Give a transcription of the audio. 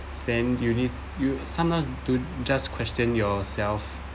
stand you need you sometime do just question yourself